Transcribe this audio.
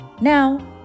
Now